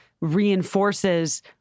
reinforces